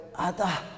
Ada